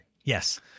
Yes